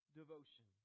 devotion